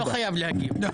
אני לא חייב להגיב.